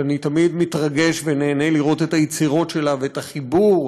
ואני תמיד מתרגש ונהנה לראות את היצירות שלה ואת החיבור